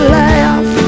laugh